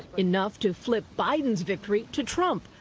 enough to flip biden's victory to trump.